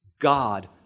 God